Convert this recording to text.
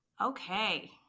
okay